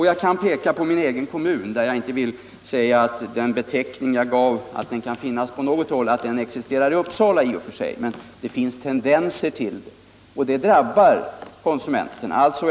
Jag kan peka på min egen kommun, även om jag inte vill påstå att den beteckning jag nyss gav gäller för Uppsala kommun, där det finns sådana tendenser, och det drabbar konsumenterna.